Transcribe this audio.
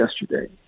yesterday